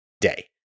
day